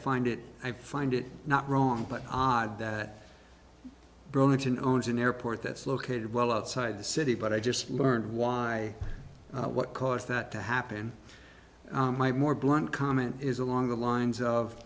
find it i find it not wrong but odd that burlington owns an airport that's located well outside the city but i just learned why what caused that to happen might more blunt comment is along the lines of